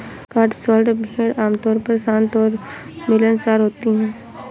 Cotswold भेड़ आमतौर पर शांत और मिलनसार होती हैं